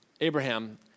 Abraham